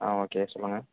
ஆ okay சொல்லுங்கள்